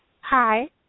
Hi